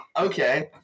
okay